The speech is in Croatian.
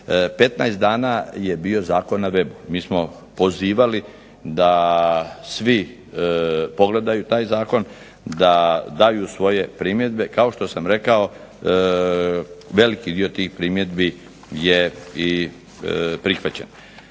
15 dana je bio zakon na webu. Mi smo pozivali da svi pogledaju taj zakon, da daju svoje primjedbe. Kao što sam rekao veliki dio tih primjedbi je i prihvaćen.